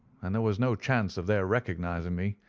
and there was no chance of their recognizing me.